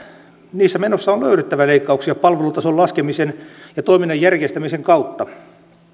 niistä menoista on löydettävä leikkauksia palvelutason laskemisen ja toiminnan järkeistämisen kautta